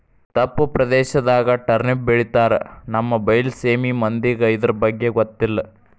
ತಪ್ಪು ಪ್ರದೇಶದಾಗ ಟರ್ನಿಪ್ ಬೆಳಿತಾರ ನಮ್ಮ ಬೈಲಸೇಮಿ ಮಂದಿಗೆ ಇರ್ದಬಗ್ಗೆ ಗೊತ್ತಿಲ್ಲ